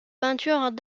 peintures